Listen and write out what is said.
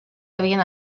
havien